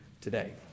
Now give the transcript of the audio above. today